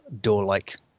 door-like